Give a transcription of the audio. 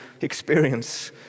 experience